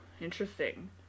interesting